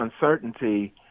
uncertainty